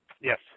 Yes